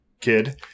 kid